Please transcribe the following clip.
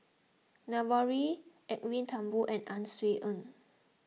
Navrori Edwin Thumboo and Ang Swee Aun